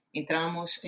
entramos